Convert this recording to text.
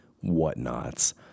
whatnots